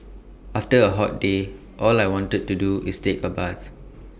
after A hot day all I want to do is take A bath